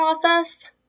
process